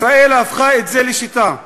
ישראל הפכה את זה לשיטה: